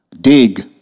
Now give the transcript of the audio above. dig